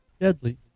deadly